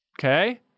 Okay